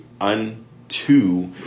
unto